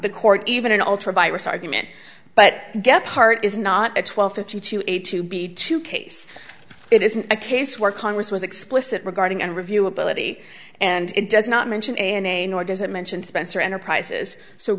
the court even an ultra vires argument but gephardt is not a twelve fifty two a to be two case it isn't a case where congress was explicit regarding and review ability and it does not mention a nor does it mention spencer enterprises so